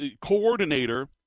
coordinator